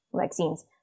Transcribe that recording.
vaccines